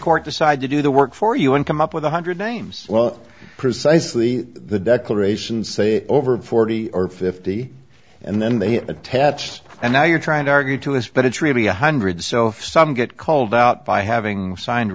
court decide to do the work for you and come up with a hundred names well precisely the declaration say over forty or fifty and then they have attached and now you're trying to argue to us but it's really one hundred so if some get called out by having signed